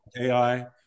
AI